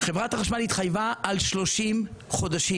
חברת החשמל התחייבה על 30 חודשים.